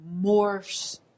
morphs